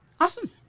Awesome